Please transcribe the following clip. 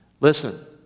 Listen